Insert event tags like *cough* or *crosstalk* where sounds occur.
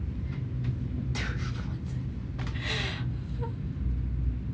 *laughs*